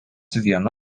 vienu